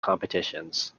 competitions